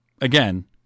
Again